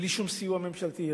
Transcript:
בלי שום סיוע ממשלתי,